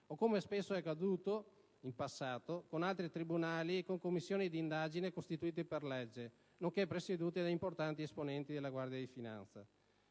o come spesso è accaduto, in passato, con altri tribunali o con commissioni di indagine costituite per legge, nonché presiedute da importanti esponenti della Guardia di finanza.